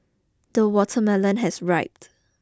the watermelon has riped